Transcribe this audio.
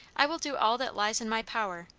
i will do all that lies in my power,